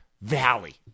valley